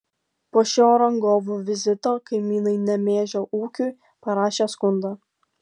po šio rangovų vizito kaimynai nemėžio ūkiui parašė skundą